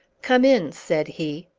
come in! said he.